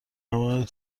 مورد